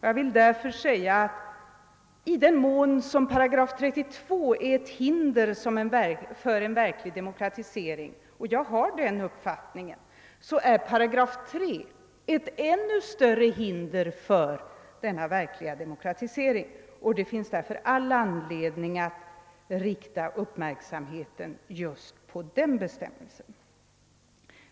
Jag vill därför säga att i den mån § 32 är ett hinder för en verklig demokratisering — och jag har denna uppfattning — är 3 § ett ännu större hinder för en verklig demokratisering. Det finns därför all anledning att rikta uppmärksamheten just på denna bestämmelse.